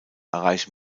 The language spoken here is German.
erreichen